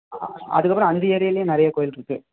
ஆ அதுக்கப்புறம் அந்த ஏரியாலேயே நிறையா கோயில் இருக்குது